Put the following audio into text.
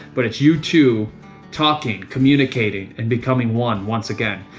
but it's you two talking, communicating, and becoming one once again.